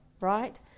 Right